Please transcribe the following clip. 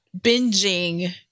binging